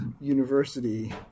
University